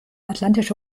atlantische